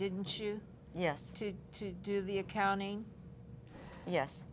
didn't you yes to to do the accounting yes